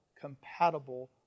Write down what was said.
compatible